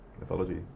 mythology